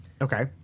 Okay